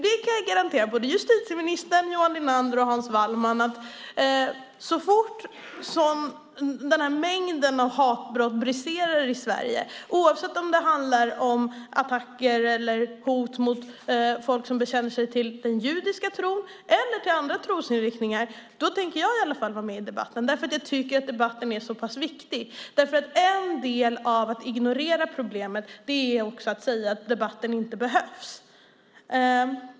Jag kan garantera justitieministern, Johan Linander och Hans Wallmark att så fort mängden hatbrott briserar i Sverige, oavsett om det handlar om attacker eller hot mot folk som bekänner sig till den judiska tron eller till andra trosinriktningar, tänker i alla fall jag vara med i debatten, för jag tycker att den är så viktig. Ett sätt att ignorera problemet är att säga att debatten inte behövs.